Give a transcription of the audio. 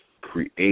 create